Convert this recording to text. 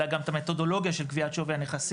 אלא גם המתודולוגיה של קביעת שווי הנכסים